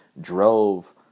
drove